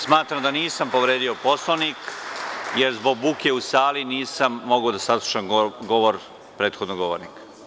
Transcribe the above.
Smatram da nisam povredio Poslovnik jer zbog buke u sali nisam mogao da saslušam govor prethodnog govornika.